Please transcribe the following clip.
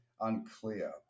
unclear